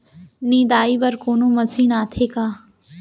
निंदाई बर कोनो मशीन आथे का?